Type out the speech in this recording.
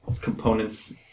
components